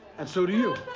and so do you.